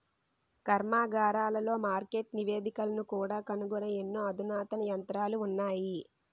కర్మాగారాలలో మార్కెట్ నివేదికలను కూడా కనుగొనే ఎన్నో అధునాతన యంత్రాలు ఉన్నాయి